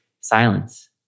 silence